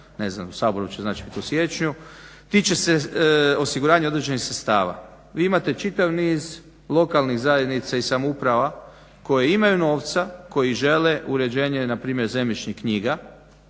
Ne znam u Saboru će znači bit u siječnju. Tiče se osiguranja određenih sredstava. Vi imate čitav niz lokalnih zajednica i samouprava koje imaju novca, koji žele uređenje na primjer Zemljišnih knjiga